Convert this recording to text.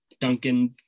duncan